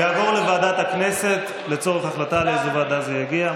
תעבור לוועדת הכנסת לצורך החלטה לאיזו ועדה זה יגיע,